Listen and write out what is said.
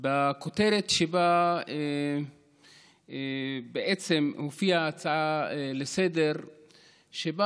עם הכותרת שבה בעצם הופיעה ההצעה לסדר-היום שבה